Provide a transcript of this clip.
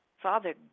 Father